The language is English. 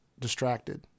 Distracted